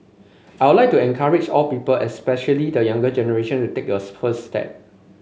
I would like to encourage all people especially the younger generation to take us first step